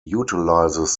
utilizes